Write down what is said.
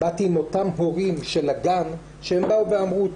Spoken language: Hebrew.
באתי עם אותם הורים של הגן שהם באו ואמרו,